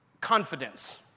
confidence